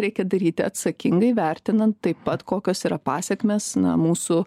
reikia daryti atsakingai vertinant taip pat kokios yra pasekmės na mūsų